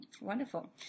Wonderful